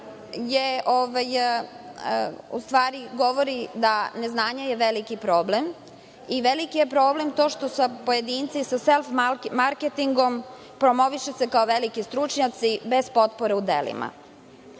u stvari govori da je neznanje veliki problem i veliki je problem to što pojedinci sa sve marketingom promovišu se kao veliki stručnjaci, bez potpore u delima.